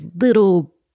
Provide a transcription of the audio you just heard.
little